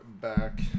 back